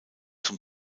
zum